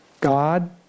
God